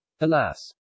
Alas